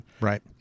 Right